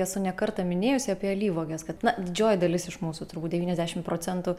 esu ne kartą minėjusi apie alyvuoges kad na didžioji dalis iš mūsų turbūt devyniasdešimt procentų